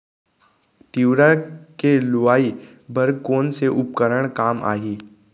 तिंवरा के लुआई बर कोन से उपकरण काम आही?